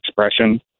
expression